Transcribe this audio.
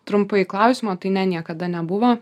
trumpai į klausimą tai ne niekada nebuvo